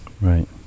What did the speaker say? Right